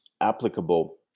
applicable